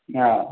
ஆ